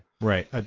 Right